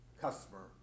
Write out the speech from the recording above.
customer